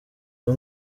ubu